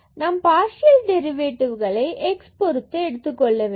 நாம் பார்சியல் டெரிவேட்டிவ்களை x பொருத்து எடுத்துக்கொள்ளவேண்டும்